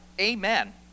amen